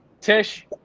Tish